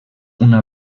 una